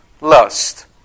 lust